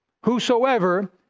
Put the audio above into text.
whosoever